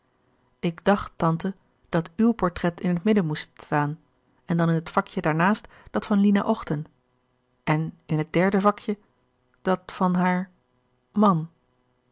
ik dacht tante dat uw portret in het midden moest staan en dan in het vakje daarnaast dat van lina ochten en in het derde vakje dat van haar man